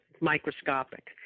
microscopic